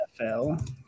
NFL